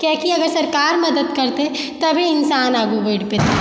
किएकि अगर सरकार मदद करतै तबे इन्सान आगू बढ़ि पएतइ